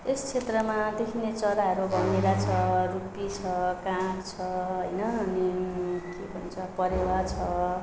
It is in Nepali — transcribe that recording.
यस क्षेत्रमा देखिने चराहरू भँगेरा छ रुप्पी छ काग छ होइन अनि के भन्छ परेवा छ